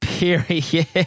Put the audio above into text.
Period